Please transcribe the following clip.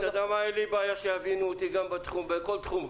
אתה יודע, אין לי בעיה שיבינו אותי בכל תחום.